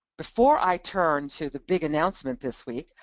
before i turn to the big announcement this week,